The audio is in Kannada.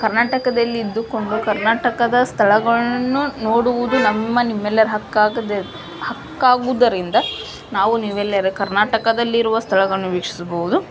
ಕರ್ನಾಟಕದಲ್ಲಿದ್ದುಕೊಂಡು ಕರ್ನಾಟಕದ ಸ್ಥಳಗಳನ್ನು ನೋಡುವುದು ನಮ್ಮ ನಿಮ್ಮೆಲ್ಲರ ಹಕ್ಕಾಗಿದೆ ಹಕ್ಕಾಗುವುದರಿಂದ ನಾವು ನೀವೆಲ್ಲರು ಕರ್ನಾಟಕದಲ್ಲಿರುವ ಸ್ಥಳಗಳನ್ನು ವೀಕ್ಷಿಸಬಹ್ದು